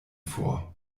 vor